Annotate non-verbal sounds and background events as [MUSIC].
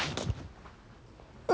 [NOISE]